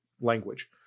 language